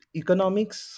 economics